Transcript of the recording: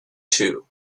two